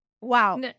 Wow